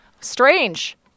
strange